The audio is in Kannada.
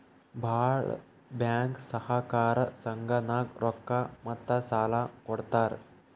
ಭಾಳ್ ಬ್ಯಾಂಕ್ ಸಹಕಾರ ಸಂಘನಾಗ್ ರೊಕ್ಕಾ ಮತ್ತ ಸಾಲಾ ಕೊಡ್ತಾರ್